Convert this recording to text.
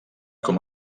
com